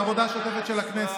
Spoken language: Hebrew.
שהיא בעצמה לא מאמינה בה.